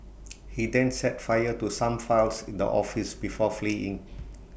he then set fire to some files in the office before fleeing